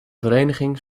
vereniging